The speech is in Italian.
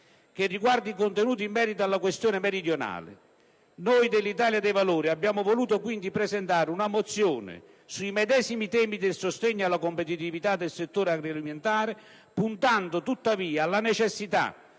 che riguarda i contenuti in merito alla questione meridionale. Noi del Gruppo dell'Italia dei Valori abbiamo voluto quindi presentare una mozione sui medesimi temi del sostegno alla competitività del settore agroalimentare, puntando tuttavia alla necessità